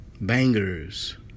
bangers